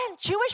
Jewish